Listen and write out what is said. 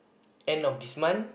end of this month